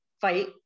fight